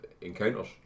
encounters